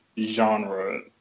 genre